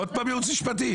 עוד פעם ייעוץ משפטי?